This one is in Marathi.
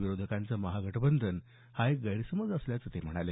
विरोधकांचं महागठबंधन हा एक गैरसमज असल्याचं ते म्हणाले